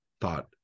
thought